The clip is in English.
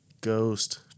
ghost